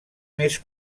més